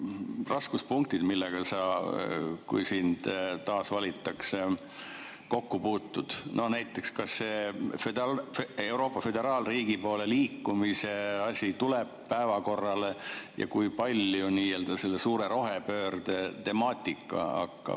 raskuspunktid, millega sa, kui sind taas valitakse, kokku puutud? Näiteks, kas see Euroopa föderaalriigi poole liikumise asi tuleb päevakorrale? Ja kui palju hakkab see n-ö suure rohepöörde temaatika sulle